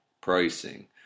Pricing